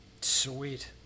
Sweet